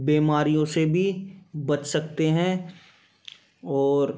बीमारियों से भी बच सकते हैं और